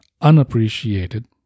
unappreciated